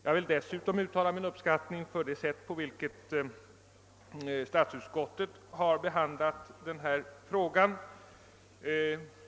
Jag vill dessutom uttala min uppskattning av det sätt på vilket statsutskottet har behandlat denna fråga.